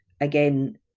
again